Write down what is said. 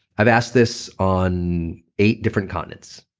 i've asked this on eight different continents.